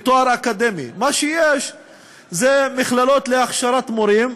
מה שיש זה מכללות להכשרת מורים,